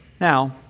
Now